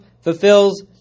fulfills